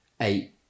eight